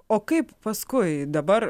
o kaip paskui dabar